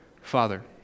Father